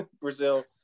brazil